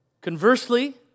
Conversely